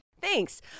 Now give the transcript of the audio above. Thanks